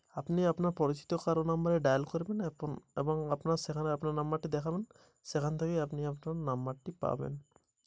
আমার নতুন phone number কিভাবে দিবো?